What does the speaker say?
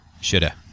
Shoulda